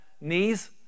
knees